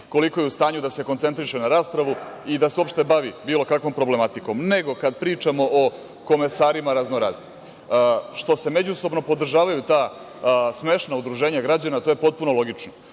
koliko je u stanju da se koncentriše na raspravu i da se uopšte bavi bilo kakvom problematkom. Kada pričamo o komesarima razno raznim, što se međusobno podržavaju ta smešna udruženja građana, to je potpuno logično,